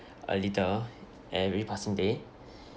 a little at every passing day